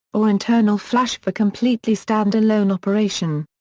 or internal flash for completely stand-alone operation.